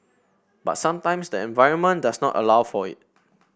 but sometimes the environment does not allow for it